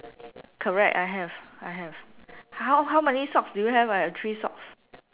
correct I have I have how how many socks do you have I have three socks